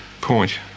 point